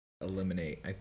eliminate